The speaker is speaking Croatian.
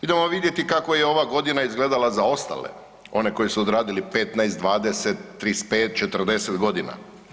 Idemo vidjeti kako je ova godina izgledala za ostale, oni koji su odradili 15, 20, 35, 40 godina.